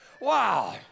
Wow